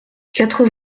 quatre